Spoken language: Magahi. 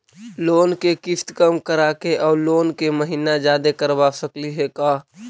लोन के किस्त कम कराके औ लोन के महिना जादे करबा सकली हे का?